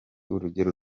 urugero